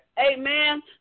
Amen